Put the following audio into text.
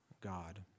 God